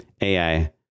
AI